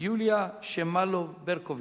יוליה שמאלוב-ברקוביץ,